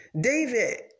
David